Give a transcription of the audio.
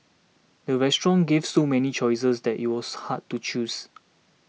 the restaurant gave so many choices that it was hard to choose